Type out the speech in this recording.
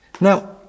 Now